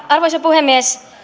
arvoisa puhemies